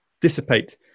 dissipate